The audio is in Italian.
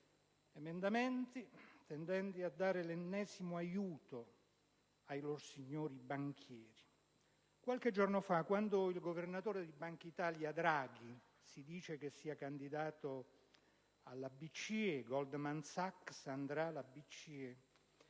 emendamenti tendenti a dare l'ennesimo aiuto ai lorsignori banchieri. Qualche giorno fa, quando il governatore della Banca d'Italia Draghi (si dice che sia candidato alla Banca centrale europea: Goldman Sachs andrà alla BCE)